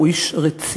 הוא איש רציני.